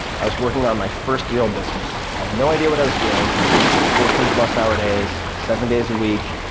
i was working on my first real business. i had no idea what i was doing. i was working fourteen plus hour days, seven days a week.